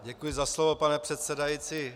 Děkuji za slovo, pane předsedající.